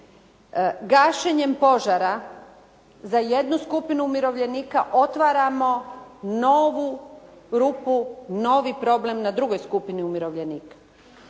gašenjem požara za jednu skupinu umirovljenika otvaramo novu rupu, novi problem na drugoj skupini umirovljenika.